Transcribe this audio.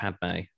Padme